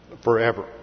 forever